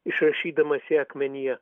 išrašydamas ją akmenyje